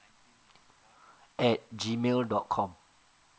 at G mail dot com